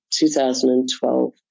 2012